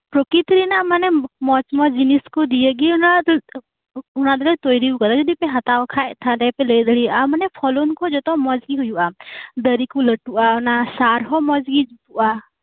ᱯᱨᱚᱠᱤᱛᱤ ᱨᱮᱱᱟᱜ ᱢᱟᱱᱮ ᱢᱚᱡ ᱢᱚᱡ ᱡᱤᱱᱤᱥ ᱠᱩ ᱫᱤᱭᱮᱜᱤ ᱚᱱᱟ ᱚᱱᱟ ᱫᱚᱞᱮ ᱛᱚᱭᱨᱤᱭᱟᱠᱟᱫᱟ ᱡᱚᱫᱤᱯᱮ ᱦᱟᱛᱟᱣ ᱠᱷᱟᱡ ᱛᱟᱦᱚᱞᱮ ᱯᱮ ᱞᱟᱹᱭ ᱫᱟᱲᱮᱭᱮᱟᱜᱼᱟ ᱢᱟᱱᱮ ᱯᱷᱚᱞᱚᱱ ᱠᱩ ᱡᱟᱛᱮ ᱢᱚᱡᱜᱤ ᱦᱩᱭᱩᱜᱼᱟ ᱫᱟᱨᱤ ᱠᱩ ᱞᱟᱹᱴᱩᱜᱼᱟ ᱚᱱᱟ ᱚᱱᱟ ᱥᱟᱨᱦᱚᱸ ᱢᱚᱡᱜᱤ ᱡᱩᱛᱩᱜᱼᱟ